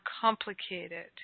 complicated